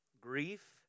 grief